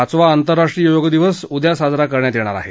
पाचवा आंतरराष्ट्रीय योग दिवस उद्या साजरा करण्यात येणार आहे